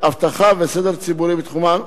אבטחה וסדר ציבורי בתחומן,